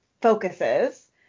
focuses